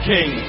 King